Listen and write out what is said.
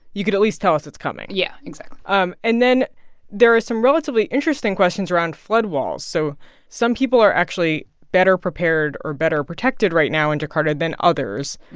you could at least tell us it's coming yeah, exactly um and then there are some relatively interesting questions around flood walls. so some people are actually better prepared or better protected right now in jakarta than others.